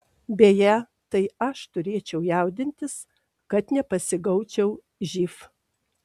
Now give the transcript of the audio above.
beje tai aš turėčiau jaudintis kad nepasigaučiau živ